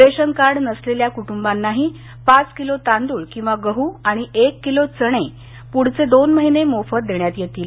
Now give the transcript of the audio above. ration card नसलेल्या कुटुंबांनाही पाच किलो तांदूळ किंवा गहू आणि एक किलो चणे पुढचे दोन महिने मोफत देण्यात येतील